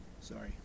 Sorry